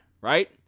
right